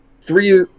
three